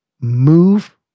Move